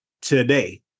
today